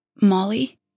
Molly